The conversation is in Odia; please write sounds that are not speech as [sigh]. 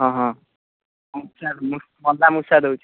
ହଁ ହଁ [unintelligible] ମୂଷା ଦେଉଛି